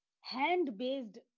hand-based